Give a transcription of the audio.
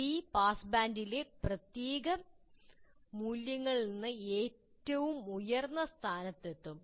T പാസ്ബാൻഡിലെ പ്രത്യേക മൂല്യങ്ങളിൽ ഏറ്റവും ഉയർന്ന സ്ഥാനത്തെത്തും